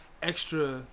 extra